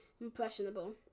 impressionable